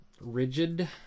Rigid